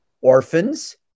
orphans